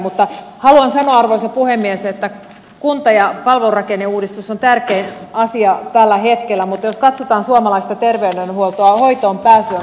haluan sanoa arvoisa puhemies että kunta ja palvelurakenneuudistus on tärkein asia tällä hetkellä mutta jos katsotaan suomalaista terveydenhuoltoa hoitoon pääsy on heikentynyt